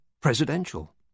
presidential